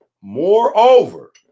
Moreover